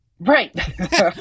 Right